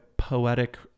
poetic